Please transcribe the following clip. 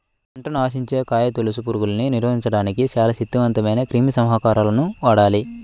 పంటను ఆశించే కాయతొలుచు పురుగుల్ని నివారించడానికి చాలా శక్తివంతమైన క్రిమిసంహారకాలను వాడాలి